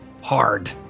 hard